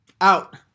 Out